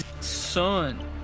son